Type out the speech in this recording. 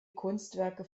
kunstwerke